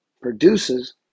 produces